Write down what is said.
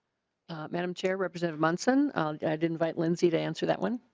ah madame chair represent munson out that invite lindsay to answer that one.